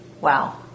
wow